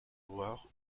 loire